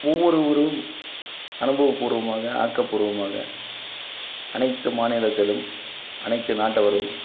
ஒவ்வொருவரும் அனுபவ பூர்வமாக ஆக்கப்பூர்வமாக அனைத்து மாநிலத்திலும் அனைத்து நாட்டவரும்